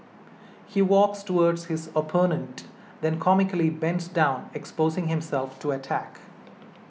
he walks towards his opponent then comically bends down exposing himself to attack